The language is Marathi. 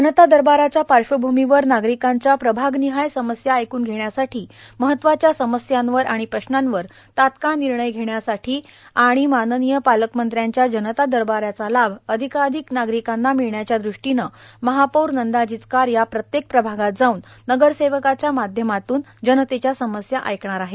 जनता दरबाराच्या पार्श्वभूमीवर नागरिकांच्या प्रभागनिहाय समस्या ऐकून घेण्यासाठी महत्त्वाच्या समस्यांवर प्रश्नांवर तात्काळ निर्णय घेण्यासाठी आणि पालकमंत्र्यांच्या जनता दरबाराचा लाभ अधिकाधिक नागरिकांना मिळण्याच्या दृष्टीने महापौर नंदा जिचकार या प्रत्येक प्रभागात जाऊन नगरसेवकांच्या माध्यमातून जनतेच्या समस्या ऐकणार आहेत